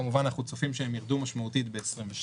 כמובן שאנחנו צופים שהן ירדו משמעותית ב-2022.